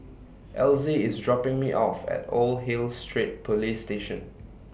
Elzy IS dropping Me off At Old Hill Street Police Station